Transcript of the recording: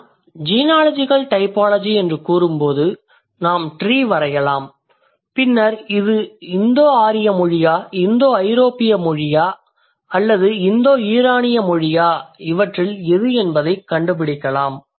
நான் genealogical typology என்று கூறும்போது நாம் ட்ரீ வரையலாம் பின்னர் இது இந்தோ ஆரிய மொழியா இந்தோ ஐரோப்பிய மொழியா அல்லது இந்தோ ஈரானிய மொழியா இவற்றில் எது என்பதைக் கண்டுபிடிக்கலாம்